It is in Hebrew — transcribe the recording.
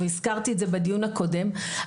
והזכרתי את זה בדיון הקודם,